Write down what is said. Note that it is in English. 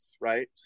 right